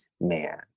man